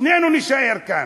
שנינו נישאר כאן,